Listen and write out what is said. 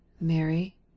mary